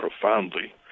profoundly